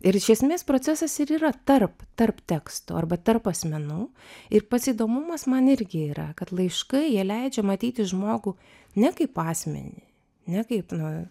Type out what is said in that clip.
ir iš esmės procesas ir yra tarp tarp teksto arba tarp asmenų ir pats įdomumas man irgi yra kad laiškai jie leidžia matyti žmogų ne kaip asmenį ne kaip nu